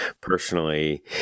personally